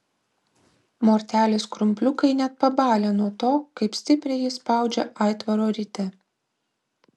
mortelės krumpliukai net pabalę nuo to kaip stipriai ji spaudžia aitvaro ritę